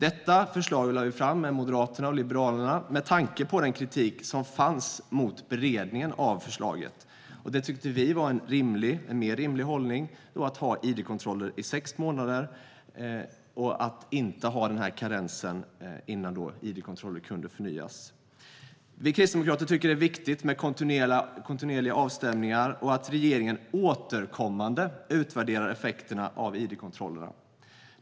Detta förslag lade vi fram tillsammans med Moderaterna och Liberalerna med tanke på den kritik som fanns mot beredningen av förslaget. Vi tyckte att det var en mer rimlig hållning att ha id-kontroller i sex månader och att inte ha en karens innan beslut om id-kontroller kunde förnyas. Vi kristdemokrater tycker att det är viktigt med kontinuerliga avstämningar och att regeringen återkommande utvärderar effekterna av id-kontrollerna.